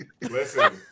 Listen